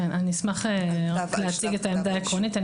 אני אשמח רק להציג את העמדה העקרונית.